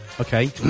Okay